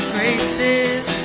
Graces